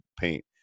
paint